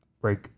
break